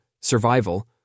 survival